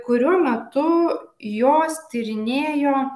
kurių metu jos tyrinėjo